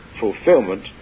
fulfillment